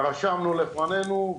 רשמנו לפנינו,